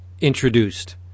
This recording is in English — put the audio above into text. introduced